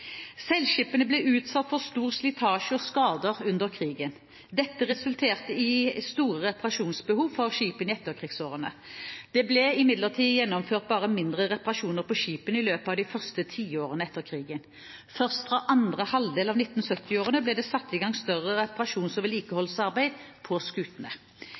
ble utsatt for stor slitasje og skader under krigen. Dette resulterte i store reparasjonsbehov for skipene i etterkrigsårene. Det ble imidlertid gjennomført bare mindre reparasjoner på skipene i løpet av de første tiårene etter krigen. Først fra andre halvdel av 1970-årene ble det satt i gang større reparasjons- og vedlikeholdsarbeid på